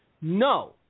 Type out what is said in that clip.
No